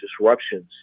disruptions